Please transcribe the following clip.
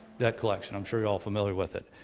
debt collection. i'm sure you're all familiar with it.